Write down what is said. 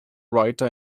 writer